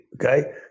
Okay